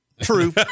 True